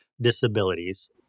disabilities